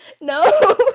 no